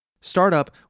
Startup